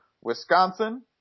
Wisconsin